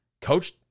coach